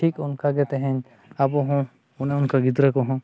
ᱴᱷᱤᱠ ᱚᱱᱠᱟᱜᱮ ᱛᱮᱦᱤᱧ ᱟᱵᱚᱦᱚᱸ ᱚᱱᱮ ᱚᱱᱠᱟ ᱜᱤᱫᱽᱨᱟᱹ ᱠᱚᱦᱚᱸ